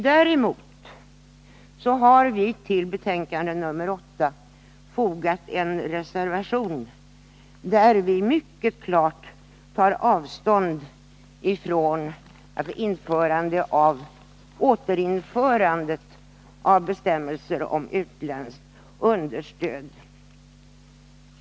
Vi har emellertid till justitieutskottets betänkande nr 8 fogat en reservation, där vi mycket klart tar avstånd från återinförandet av straffbestämmelsen om tagande av utländskt understöd.